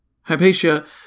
Hypatia